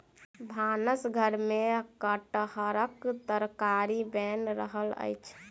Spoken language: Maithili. भानस घर में कटहरक तरकारी बैन रहल अछि